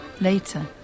Later